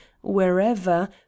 wherever